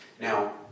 Now